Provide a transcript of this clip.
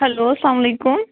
hello اسلام علیکُم